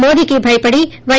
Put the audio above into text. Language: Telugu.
మోదీకి భయపడి పై